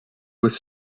with